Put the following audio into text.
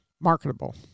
marketable